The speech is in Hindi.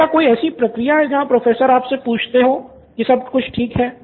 तो क्या कोई ऐसी प्रक्रिया है जहां प्रोफेसर आपसे पूछते हो कि सब कुछ ठीक है